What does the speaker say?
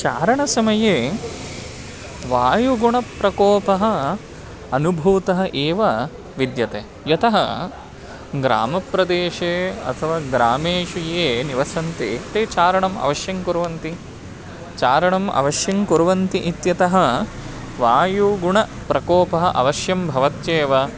चारणसमये वायुगुणप्रकोपः अनुभूतः एव विद्यते यतः ग्रामप्रदेशे अथवा ग्रामेषु ये निवसन्ति ते चारणम् अवश्यं कुर्वन्ति चारणम् अवश्यं कुर्वन्ति इत्यतः वायुगुणप्रकोपः अवश्यं भवत्येव